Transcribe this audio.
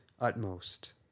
utmost